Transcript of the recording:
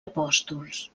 apòstols